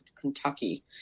Kentucky